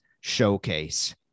showcase